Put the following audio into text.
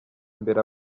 imbere